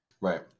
Right